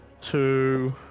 two